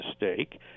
mistake